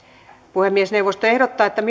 puhemiesneuvosto ehdottaa että